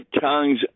tongues